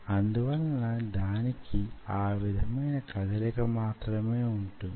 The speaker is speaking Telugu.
అందువలన దానికి ఆ విధమైన కదలిక మాత్రమే వుంటుంది